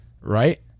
right